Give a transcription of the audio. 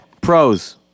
Pros